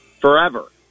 forever